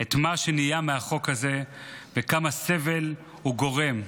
את מה שנהיה מהחוק הזה וכמה סבל הוא גורם.